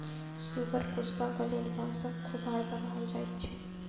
सुगर पोसबाक लेल बाँसक खोभार बनाओल जाइत छै